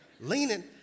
Leaning